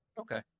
Okay